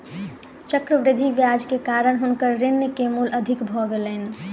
चक्रवृद्धि ब्याज के कारण हुनकर ऋण के मूल अधिक भ गेलैन